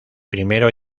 primero